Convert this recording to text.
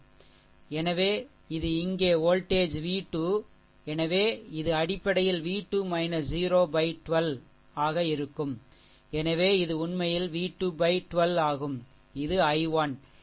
எனவே இது இங்கே வோல்டேஜ் v 2 எனவே இது அடிப்படையில் v 2 0 12 ஆக இருக்கும் எனவே இது உண்மையில் V212 ஆகும் இது I1